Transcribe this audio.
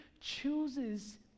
chooses